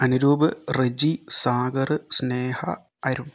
Anuroop Reji Sagar Sneha Arun